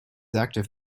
active